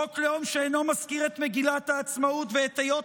חוק לאום שאינו מזכיר את מגילת העצמאות ואת היות